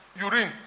urine